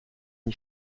n’y